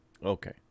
Okay